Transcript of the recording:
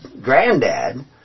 granddad